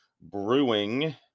brewing